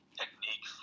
technique